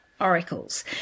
Oracles